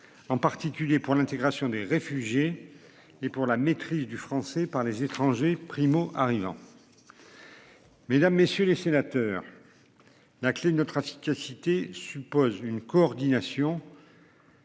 en particulier pour l'intégration des réfugiés et pour la maîtrise du français par les étrangers primo-arrivants. Mesdames, messieurs les sénateurs. La ne trafic cité suppose une coordination.